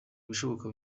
ibishoboka